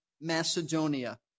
Macedonia